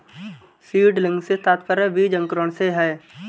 seedling से तात्पर्य बीज अंकुरण से है